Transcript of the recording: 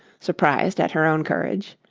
surprised at her own courage.